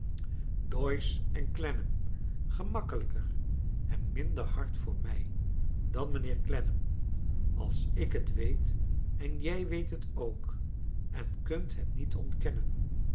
doyce en clennam gemakkelijker en minder liard voor mij dan mijnheer clennam als ik net weet en jij weet het ook en kunt het niet ontkennen